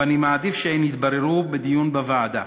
ואני מעדיף שהן יתבררו בדיון בוועדה,